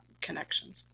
connections